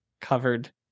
covered